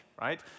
right